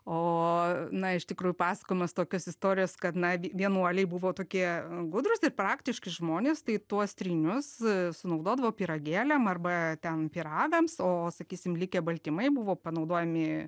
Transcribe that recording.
o na iš tikrųjų pasakojamos tokios istorijos kad na vienuoliai buvo tokie gudrūs ir praktiški žmonės tai tuos trynius sunaudodavo pyragėliam arba ten pyragams o sakysim likę baltymai buvo panaudojami